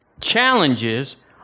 challenges